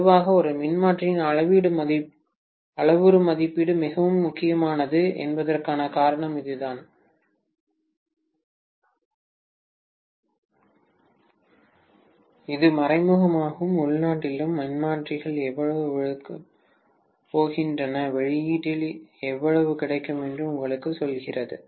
பொதுவாக ஒரு மின்மாற்றியின் அளவுரு மதிப்பீடு மிகவும் முக்கியமானது என்பதற்கான காரணம் இதுதான் இது மறைமுகமாகவும் உள்நாட்டிலும் மின்மாற்றிகள் எவ்வளவு விழுங்கப் போகின்றன வெளியீட்டில் எவ்வளவு கிடைக்கும் என்று உங்களுக்கு சொல்கிறது